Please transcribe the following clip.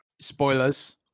spoilers